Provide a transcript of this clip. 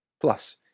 Plus